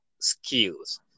skills